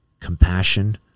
compassion